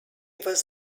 was